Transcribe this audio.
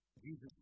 Jesus